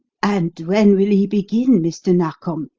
and when will he begin, mr. narkom?